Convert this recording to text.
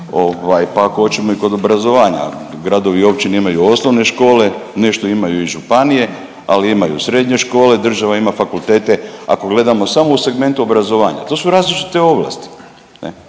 pa ako hoćemo i kod obrazovanja, gradovi i općine imaju osnovne škole, nešto imaju i županije, ali imaju srednje škole, država ima fakultete, ako gledamo samo u segmentu obrazovanja. To su različite ovlasti,